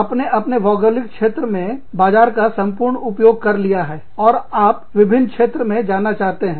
आपने अपने भौगोलिक क्षेत्र के बाजार का संपूर्ण उपयोग कर लिया है और आप भिन्न क्षेत्र में जाना चाहते हैं